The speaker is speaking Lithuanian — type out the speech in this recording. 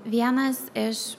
vienas iš